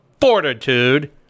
fortitude